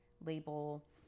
label